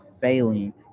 failing